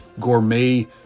gourmet